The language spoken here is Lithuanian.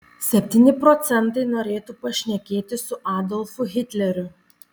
septyni procentai norėtų pašnekėti su adolfu hitleriu